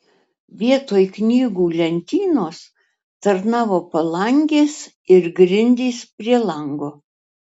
vietoj knygų lentynos tarnavo palangės ir grindys prie lango